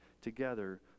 together